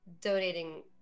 donating